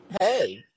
Hey